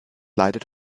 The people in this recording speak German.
leidet